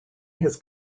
his